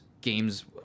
games